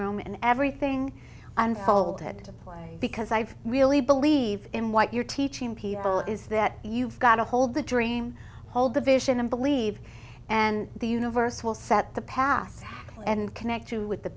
room and everything unfolded play because i've really believe in what you're teaching people is that you've got to hold the dream hold the vision and believe and the universe will set the past and connect you with the